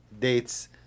dates